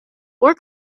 four